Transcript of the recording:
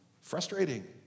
frustrating